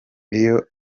iyo